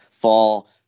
fall